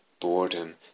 boredom